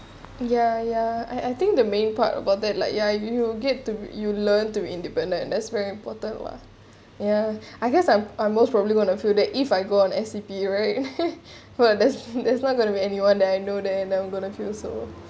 ya ya I I think the main part about that like ya you get to you learn to be independent and that's very important lah ya I guess I'm I most probably gonna feel that if I go on S_C_P right for there's there's not going to be anyone that I know that and I'm gonna feel so